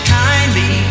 kindly